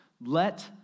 Let